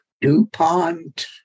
DuPont